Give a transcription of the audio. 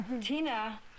Tina